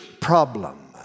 problem